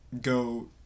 go